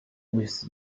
with